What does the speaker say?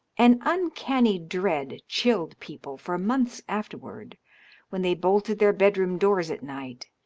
an uncanny dread chilled people for months afterward when they bolted their bedroom doors at night,